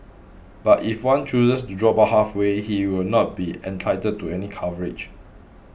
but if one chooses to drop out halfway he will not be entitled to any coverage